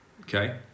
Okay